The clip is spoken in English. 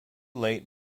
late